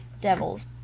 devils